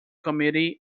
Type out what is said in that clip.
committee